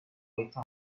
thought